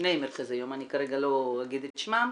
בשני מרכזי יום, אני כרגע לא אגיד את שמם,